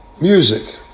music